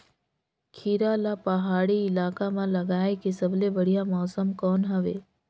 खीरा ला पहाड़ी इलाका मां लगाय के सबले बढ़िया मौसम कोन हवे?